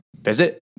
visit